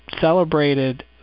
celebrated